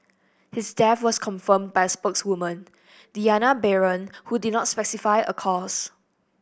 his death was confirmed by a spokeswoman Diana Baron who did not specify a cause